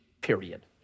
period